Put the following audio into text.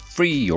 Free